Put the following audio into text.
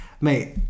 mate